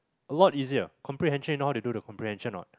a lot easier comprehension you know how they do the comprehension not